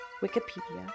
Wikipedia